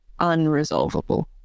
unresolvable